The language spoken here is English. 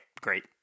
great